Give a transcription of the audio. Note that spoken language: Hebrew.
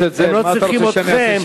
הם לא צריכים אתכם,